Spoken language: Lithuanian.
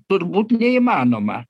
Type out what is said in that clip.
turbūt neįmanoma